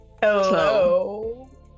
Hello